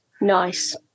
Nice